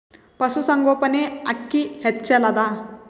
ಪಶುಸಂಗೋಪನೆ ಅಕ್ಕಿ ಹೆಚ್ಚೆಲದಾ?